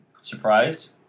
surprised